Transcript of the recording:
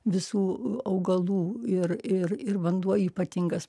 visų augalų ir ir ir vanduo ypatingas